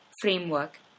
framework